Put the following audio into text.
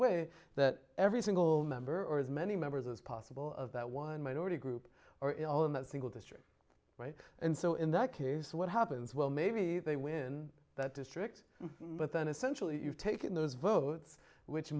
way that every single member or as many members as possible of that one minority group or in all in that single district and so in that case what happens well maybe they win that district but then essentially you've taken those votes which